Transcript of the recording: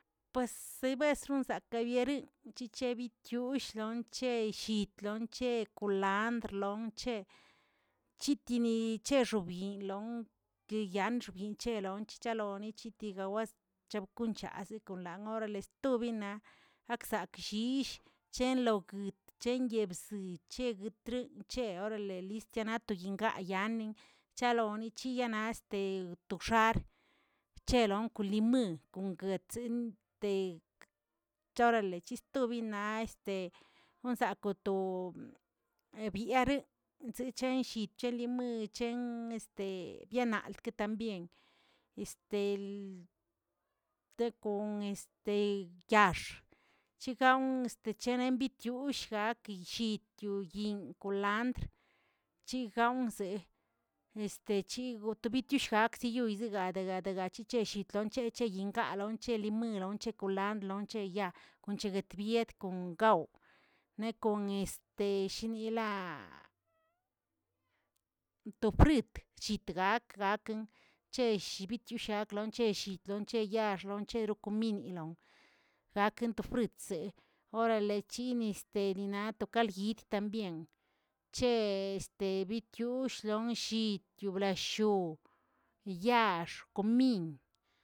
Pues si bes xonsakəyeriꞌi chichebityush lonche llit lonc̱he kulandr lonche, chitini chexobyin lon keyan xobyin chelonch chaloni chitigawoꞌ chab konchazə konlang orale stobinaa, akzak lli chenloguət, chenyebziit, cheguətri, c̱he orale listanota yinꞌ gaꞌa yanin chalonichiyanaꞌ este tux̱ar, chelon kon limaən kon guetzingə teg orale chestobina este osaka to biareꞌe, zechen llit che limaən chen este yenalkt también este tekon este yaax, chegau este chenen bit yuull gakə llit kon yinꞌ kulandr chigawnzee, este chigu tubitushgaꞌak ziguy zigadega dega dega chichen llit lonche che yinꞌ gaꞌa lonche limaən lonche kulandr lonche yaa kweenche beguet bye kon gawꞌ, ne kon este shin ilaꞌa to fruit llit gak gak, chell shibitunshakln chell chitlon chell che yaax lon chero cumin lon zakeꞌn to friutzez, orale chiniste naꞌ to kald yit también che este bityux lon llit yublallyo yaax cumin.